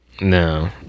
No